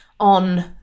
on